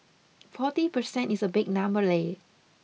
forty percent is a big number leh